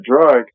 drug